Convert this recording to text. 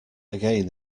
again